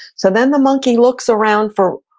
so then the monkey looks around for,